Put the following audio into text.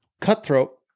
cutthroat